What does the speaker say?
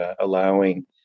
allowing